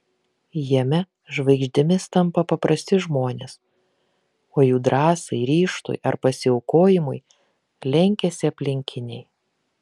jame žvaigždėmis tampa paprasti žmonės o jų drąsai ryžtui ar pasiaukojimui lenkiasi aplinkiniai